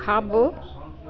खाॿो